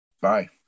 Bye